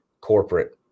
corporate